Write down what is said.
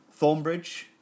Thornbridge